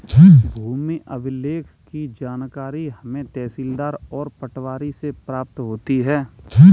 भूमि अभिलेख की जानकारी हमें तहसीलदार और पटवारी से प्राप्त होती है